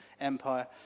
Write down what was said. empire